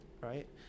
right